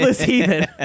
heathen